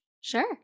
Sure